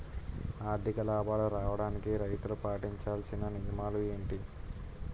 అధిక లాభాలు రావడానికి రైతులు పాటించవలిసిన నియమాలు ఏంటి